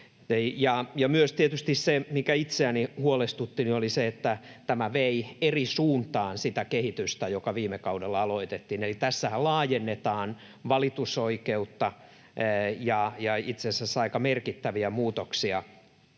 Ja tietysti se, mikä myös itseäni huolestutti, oli se, että tämä vei eri suuntaan sitä kehitystä, joka viime kaudella aloitettiin. Eli tässähän laajennetaan valitusoikeutta ja itse asiassa aika merkittäviä muutoksia.